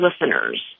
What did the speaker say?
listeners